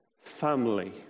family